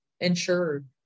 insured